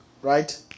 right